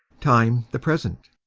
time the present.